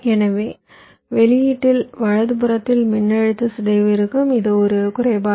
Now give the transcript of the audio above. எனவே வெளியீட்டில் வலதுபுறத்தில் மின்னழுத்த சிதைவு இருக்கும் இது ஒரு குறைபாடு